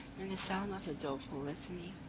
and the sound of a doleful litany,